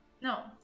no